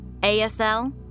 ASL